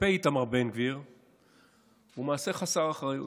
כלפי איתמר בן גביר היא מעשה חסר אחריות.